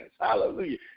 Hallelujah